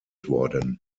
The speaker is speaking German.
worden